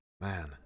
man